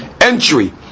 entry